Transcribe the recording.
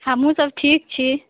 हमहुँ सब ठीक छी